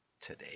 today